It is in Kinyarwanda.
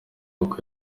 uku